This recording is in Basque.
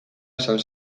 esan